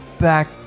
back